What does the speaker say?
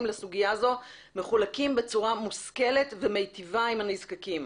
לסוגיה הזו מחולקים בצורה מושכלת ומיטיבה עם הנזקקים.